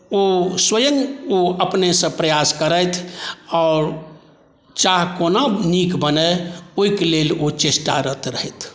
ओ स्वयँ ओ अपनहिसँ प्रयास करथि आओर चाह कोना नीक बनै ओहिके लेल ओ चेष्टारत रहथि